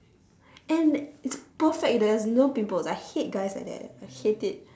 and it's perfect there's no pimples I hate guys like that I hate it